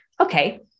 okay